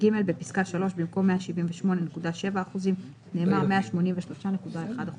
בפסקה (3), במקום "178.7%" נאמר "183.1%";